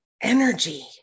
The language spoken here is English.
energy